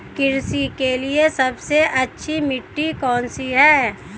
कृषि के लिए सबसे अच्छी मिट्टी कौन सी है?